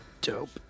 Dope